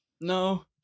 No